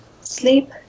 sleep